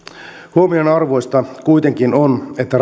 huomionarvoista kuitenkin on että